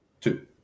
Two